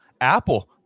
Apple